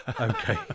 Okay